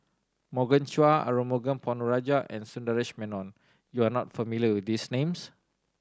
Morgan Chua Arumugam Ponnu Rajah and Sundaresh Menon you are not familiar with these names